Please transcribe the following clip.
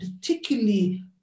particularly